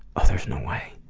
oh there's no way.